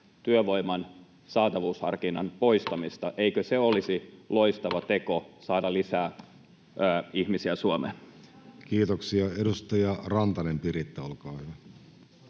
työvoiman saatavuusharkinnan poistamista. Eikö se olisi loistava keino saada lisää ihmisiä Suomeen? Kiitoksia. — Edustaja Rantanen, Piritta, olkaa hyvä.